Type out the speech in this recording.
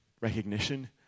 recognition